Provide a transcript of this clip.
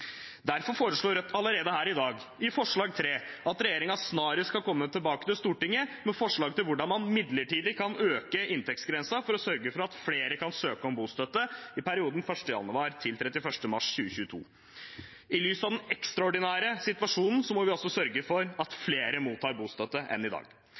Derfor foreslår Rødt allerede her i dag, i forslag nr. 3, at regjeringen snarest skal komme tilbake til Stortinget med forslag til hvordan man midlertidig kan øke inntektsgrensen for å sørge for at flere kan søke om bostøtte i perioden 1. januar til 31. mars 2022. I lys av den ekstraordinære situasjonen må vi altså sørge for at flere mottar bostøtte enn i dag.